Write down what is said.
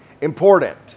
important